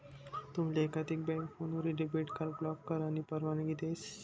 तुमले एकाधिक बँक फोनवरीन डेबिट कार्ड ब्लॉक करानी परवानगी देस